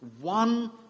One